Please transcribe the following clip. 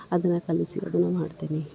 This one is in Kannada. ಅದನ್ನ ಕಲಿಸಿ ಅದನ್ನ ಮಾಡ್ತೆನಿ